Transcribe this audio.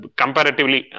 comparatively